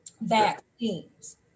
vaccines